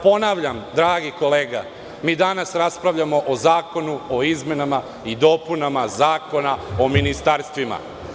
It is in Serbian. Ponavljam, dragi kolega, mi danas raspravljamo o zakonu, o izmenama i dopunama Zakona o ministarstvima.